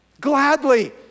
Gladly